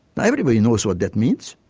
now everybody knows what that means.